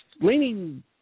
leaning